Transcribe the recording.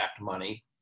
money